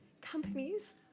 companies